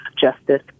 Justice